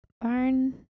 barn